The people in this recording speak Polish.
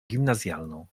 gimnazjalną